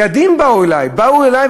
ילדים באו אלי,